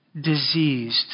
diseased